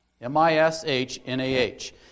M-I-S-H-N-A-H